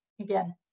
again